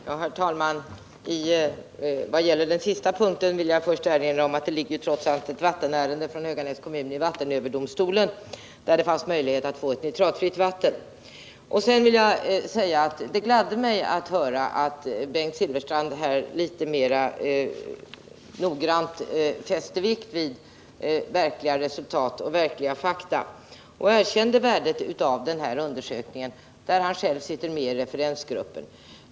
Herr talman! Vad gäller den senaste frågan vill jag erinra om att det ligger ett vattenärende från Höganäs kommun i vattenöverdomstolen. Det finns alltså möjlighet att få ett nitratfritt vatten. Det gladde mig att höra att Bengt Silfverstrand litet mer noggrant fäste vikt vid verkliga resultat och fakta samt erkände värdet av undersökningen. Han sitter ju själv med i referensgruppen.